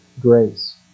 grace